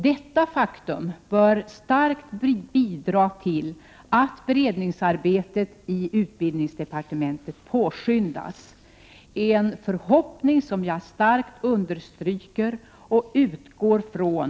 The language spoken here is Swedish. Detta faktum bör starkt bidra till att beredningsarbetet i utbildningsdepartementet påskyndas — en förhoppning som jag starkt understryker och utgår från.